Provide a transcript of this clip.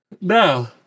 No